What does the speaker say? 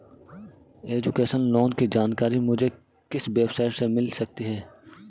Education loan की जानकारी मुझे किस वेबसाइट से मिल सकती है?